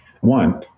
One